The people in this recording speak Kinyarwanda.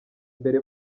mbere